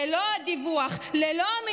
ללא הדיווח,